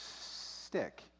stick